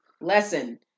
Lesson